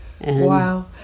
Wow